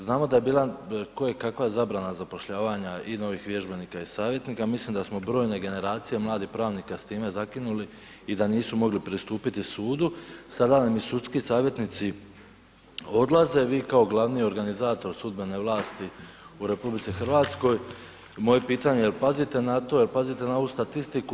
Znamo da je bila kojekakva zabrana zapošljavanja i novih vježbe4nika i savjetnika, mislim da smo brojne generacije mladih pravnika s time zakinuli i da nisu mogli pristupit sudu, sada nam sudski savjetnici odlaze, a vi kao glavni organizator sudbene vlasti u RH, moje pitanje je jel pazite na to, jel pazite na ovu statistiku?